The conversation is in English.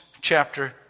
chapter